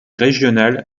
régionale